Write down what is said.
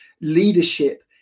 leadership